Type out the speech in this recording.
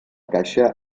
caixa